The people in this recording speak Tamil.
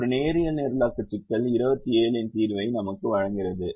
ஒரு நேரியல் நிரலாக்க சிக்கல் 27 இன் தீர்வை நமக்கு வழங்குகிறது